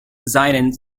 seinen